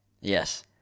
Yes